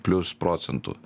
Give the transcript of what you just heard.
plius procentų